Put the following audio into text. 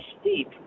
steep